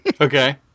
Okay